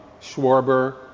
Schwarber